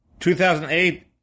2008